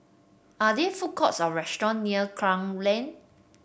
are there food courts or restaurants near Klang Lane